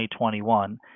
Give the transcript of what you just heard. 2021